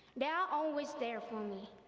they are always there for me,